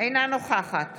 אינה נוכחת